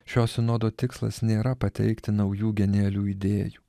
šio sinodo tikslas nėra pateikti naujų genialių idėjų